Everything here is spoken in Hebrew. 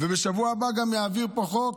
ובשבוע הבא גם יעביר פה חוק,